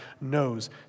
knows